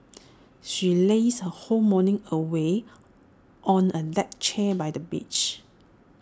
she lazed her whole morning away on A deck chair by the beach